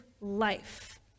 life